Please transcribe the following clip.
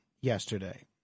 yesterday